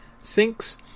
sinks